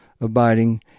abiding